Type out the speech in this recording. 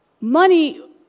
Money